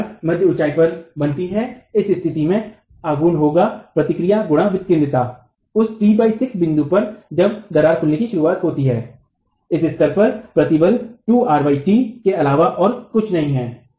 पहली दरार मध्य ऊंचाई पर बनती है इस स्थिति में आघूर्ण होगा प्रतिक्रिया गुणा विकेंद्रिता उस t6 बिंदु पर जब दरार खुलने की शुरुआत होती है इस स्तर पर प्रतिबल 2R t के अलावा और कुछ नहीं है